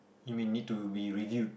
you mean need to be reviewed